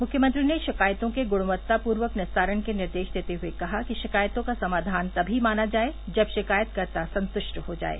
मुख्यमंत्री ने शिकायतों के गुणवत्तापूर्वक निस्तारण के निर्देश देते हुए कहा कि शिकायतों का समाधान तभी माना जाये जब शिकायतकतों संतुष्ट हो जाये